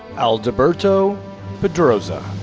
adalberto pedroza.